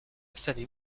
savez